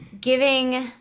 giving